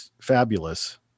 fabulous